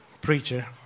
preacher